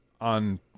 on